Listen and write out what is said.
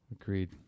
Agreed